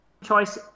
choice